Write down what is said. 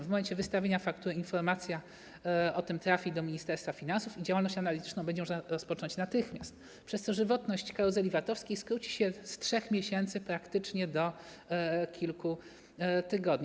W momencie wystawienia faktury informacja o tym trafi do ministerstwa finansów i działalność analityczną będzie można rozpocząć natychmiast, przez co żywotność karuzeli VAT-owskiej skróci się z 3 miesięcy do praktycznie kilku tygodni.